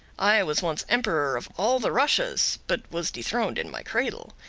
i was once emperor of all the russias, but was dethroned in my cradle.